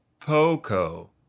POCO